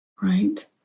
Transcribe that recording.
right